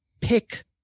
pick